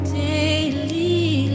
daily